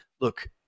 look